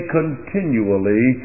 continually